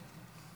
אדוני יושב הראש,